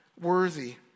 worthy